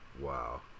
Wow